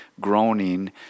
groaning